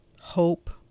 hope